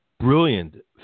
brilliant